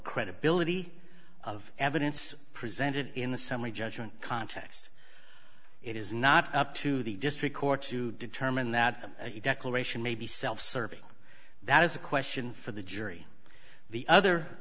credibility of evidence presented in the summary judgment context it is not up to the district court to determine that a declaration may be self serving that is a question for the jury the other